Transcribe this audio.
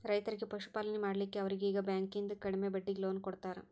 ರೈತರಿಗಿ ಪಶುಪಾಲನೆ ಮಾಡ್ಲಿಕ್ಕಿ ಅವರೀಗಿ ಬ್ಯಾಂಕಿಂದ ಕಡಿಮೆ ಬಡ್ಡೀಗಿ ಲೋನ್ ಕೊಡ್ತಾರ